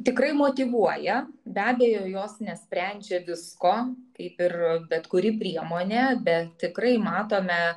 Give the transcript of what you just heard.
tikrai motyvuoja be abejo jos nesprendžia visko kaip ir bet kuri priemonė bet tikrai matome